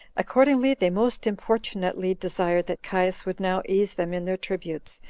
accordingly, they most importunately desired that caius would now ease them in their tributes,